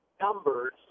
numbers